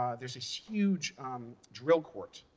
um there's a huge drill court,